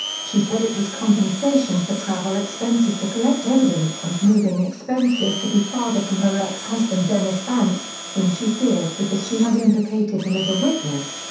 she said it was compensation for travel expenses to collect evidence and moving expenses to be farther from her ex-husband dennis banks, whom she feared because she had implicated him as a witness.